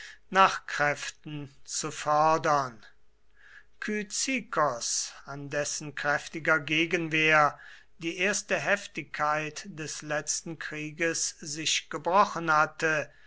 bach kräften zu fördern kyzikos an dessen kräftiger gegenwehr die erste heftigkeit des letzten krieges sich gebrochen hatte